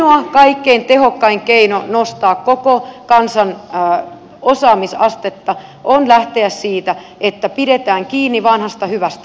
ainoa kaikkein tehokkain keino nostaa koko kansan osaamisastetta on lähteä siitä että pidetään kiinni vanhasta hyvästä